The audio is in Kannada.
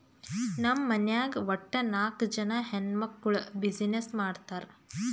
ನಮ್ ಮನ್ಯಾಗ್ ವಟ್ಟ ನಾಕ್ ಜನಾ ಹೆಣ್ಮಕ್ಕುಳ್ ಬಿಸಿನ್ನೆಸ್ ಮಾಡ್ತಾರ್